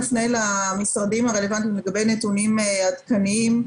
אולי נפנה למשרדים הרלוונטיים לנתונים עדכניים.